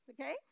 okay